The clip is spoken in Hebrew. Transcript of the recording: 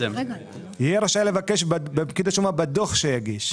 יהיה רשאי לבקש מפקיד השומה בדוח שיגיש.